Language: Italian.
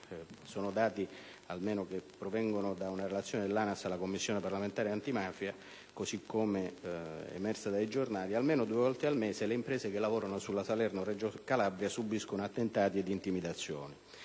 sono dati che provengono da una relazione dell'ANAS alla Commissione parlamentare antimafia, così come emersa dai giornali - almeno due volte al mese le imprese che lavorano sulla Salerno-Reggio Calabria subiscono attentati ed intimidazioni.